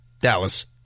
Dallas